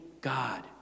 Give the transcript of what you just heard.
God